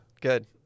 Good